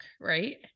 right